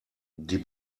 die